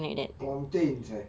plantains eh